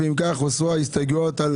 ואם כך הוסרו הרוויזיות על